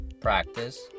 practice